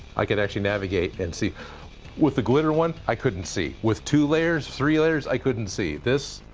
i can actually navigate and see with the glitter one i couldn't see with two layers. three layers. i couldn't see this.